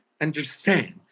understand